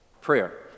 prayer